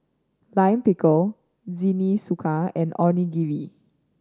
Lime Pickle Jingisukan and Onigiri